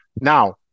now